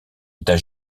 état